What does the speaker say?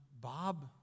Bob